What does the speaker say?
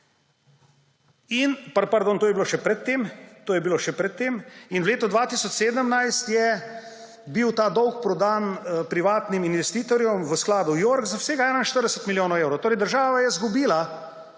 − pardon, to je bilo še pred tem − in v letu 2017 je bil pa dolg prodan privatnim investitorjem v skladu York za vsega 41 milijonov evrov. Torej, država je izgubila